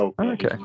okay